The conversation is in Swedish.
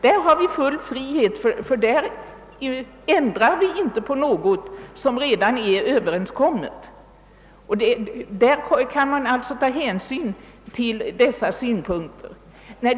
Där har vi full frihet, där ändrar vi inte på något som redan är överenskommet. Där kan man alltså ta hänsyn till dessa synpunkter.